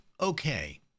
Okay